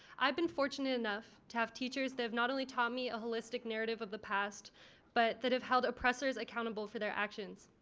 i've been fortunate enough to have teachers that have not only taught me a holistic narrative of the past but have held oppressors accountable for their actions.